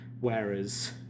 whereas